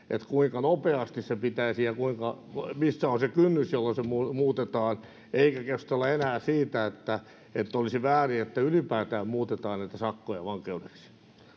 kuinka nopeasti se pitäisi muuttaa ja missä on se kynnys jolla se muutetaan eikä keskustella enää siitä että että olisi väärin että ylipäätään muutetaan näitä sakkoja vankeudeksi